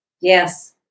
Yes